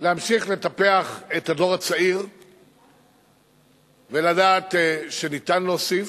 להמשיך לטפח את הדור הצעיר ולדעת שניתן להוסיף.